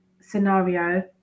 scenario